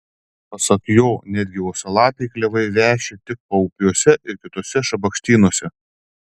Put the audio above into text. pasak jo netgi uosialapiai klevai veši tik paupiuose ir kituose šabakštynuose